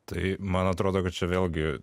tai man atrodo kad čia vėlgi